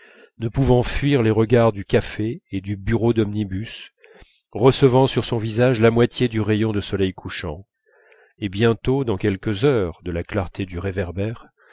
ne pouvant fuir les regards du café et du bureau d'omnibus recevant sur son visage la moitié du rayon de soleil couchant et bientôt dans quelques heures de la clarté du réverbère